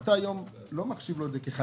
אתה לא מחשיב לו את זה כחדש,